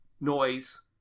noise